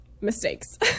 mistakes